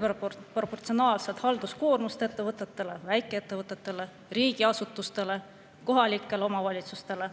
ebaproportsionaalset halduskoormust ettevõtetele, väikeettevõtetele, riigiasutustele, kohalikele omavalitsustele.